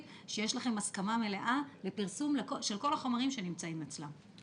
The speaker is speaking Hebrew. שיש לכם הסכמה מלאה לפרסום כל החומרים שנמצאים אצלם.